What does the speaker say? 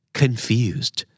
confused